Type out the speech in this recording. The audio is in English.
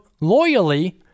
loyally